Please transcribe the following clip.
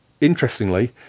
interestingly